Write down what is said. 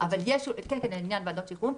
כן, לעניין ועדות שחרורים.